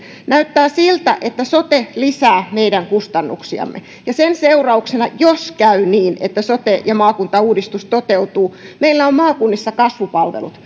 näyttää siltä että sote lisää meidän kustannuksiamme ja jos sen seurauksena käy niin että sote ja maakuntauudistus toteutuu meillä on maakunnissa kasvupalvelut